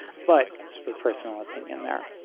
but it's a personal opinion there.